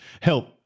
help